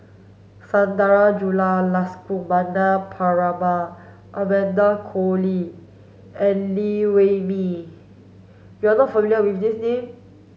Sundarajulu Lakshmana Perumal Amanda Koe Lee and Liew Wee Mee you are not familiar with these names